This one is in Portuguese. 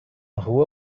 rua